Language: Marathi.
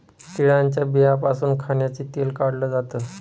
तिळाच्या बियांपासून खाण्याचं तेल काढल जात